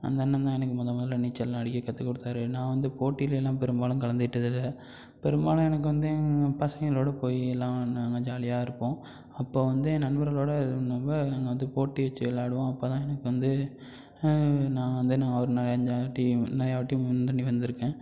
அந்த அண்ணன் தான் எனக்கு முத முதல்ல நீச்சல்லாம் அடிக்க கற்றுக் கொடுத்தாரு நான் வந்து போட்டியில எல்லாம் பெரும்பாலும் கலந்துக்கிட்டதில்லை பெரும்பாலும் எனக்கு வந்து எங்கள் பசங்களோட போய் எல்லாம் நாங்கள் ஜாலியாக இருப்போம் அப்போ வந்து என் நண்பர்களோட இது பண்ணப்போ நாங்கள் வந்து போட்டி வச்சி விளாடுவோம் அப்போ தான் எனக்கு வந்து நான் வந்து நான் ஒரு நாலஞ்சு ஆள் டீமு நிறையா வாட்டி விண் பண்ணி வந்திருக்கேன்